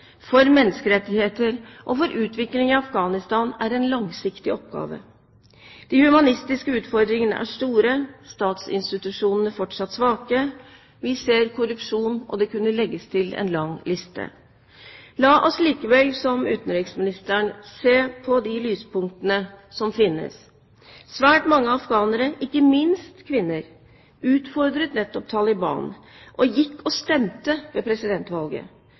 for stabilitet, for menneskerettigheter og for utvikling i Afghanistan er en langsiktig oppgave. De humanitære utfordringene er store, statsinstitusjonene fortsatt svake, vi ser korrupsjon – og det kunne legges til en lang liste. La oss likevel, som utenriksministeren, se på de lyspunktene som finnes. Svært mange afghanere, ikke minst kvinner, utfordret nettopp Taliban, og gikk og stemte ved presidentvalget.